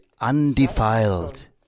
undefiled